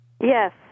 Yes